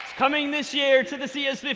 coming this year to the c s